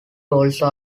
also